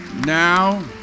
Now